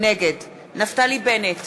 נגד נפתלי בנט,